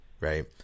right